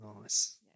Nice